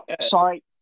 sorry